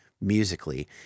musically